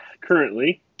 currently